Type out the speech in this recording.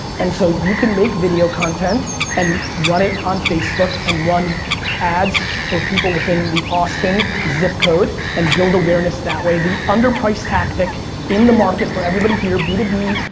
and so you can make video content and run it on facebook, and run ads for people within the austin zip code, and build awareness that way. the underpriced tactic in the market for everybody here, b two b,